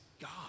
God